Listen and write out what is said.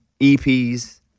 EPs